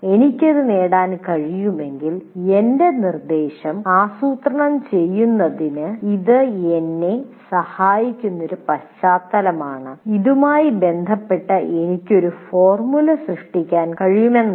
എനിക്ക് അത് നേടാൻ കഴിയുമെങ്കിൽ എന്റെ നിർദ്ദേശം ആസൂത്രണം ചെയ്യുന്നതിന് ഇത് എന്നെ സഹായിക്കുന്ന ഒരു പശ്ചാത്തലമാണ് ഇതുമായി ബന്ധപ്പെട്ട് എനിക്ക് ഒരു ഫോർമുല സൃഷ്ടിക്കാൻ കഴിയുമെന്നല്ല